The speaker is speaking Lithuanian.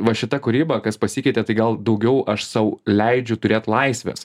va šita kūryba kas pasikeitė tai gal daugiau aš sau leidžiu turėt laisvės